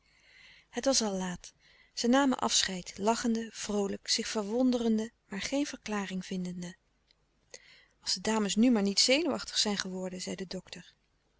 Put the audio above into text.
het was al laat zij namen afscheid lachende vroolijk zich verwonderende maar geen verklaring vindende als de dames nu maar niet zenuwachtig zijn geworden zei de dokter